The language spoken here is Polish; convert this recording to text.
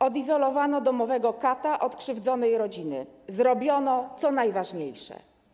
Odizolowano domowego kata od krzywdzonej rodziny, zrobiono co najważniejsze.